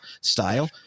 style